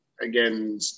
again